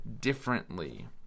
differently